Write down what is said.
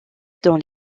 dans